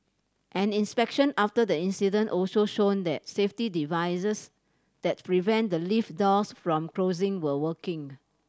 an inspection after the incident also shown that safety devices that prevent the lift doors from closing were working